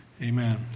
Amen